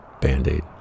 band-aid